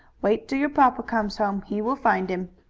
wait till your papa comes home. he will find him.